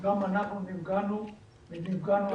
גם אנחנו נפגענו אנושות.